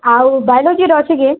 ଆଉ ବାୟୋଲୋଜିର ଅଛି କି